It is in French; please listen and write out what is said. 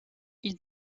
ils